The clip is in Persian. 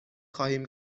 خواهیم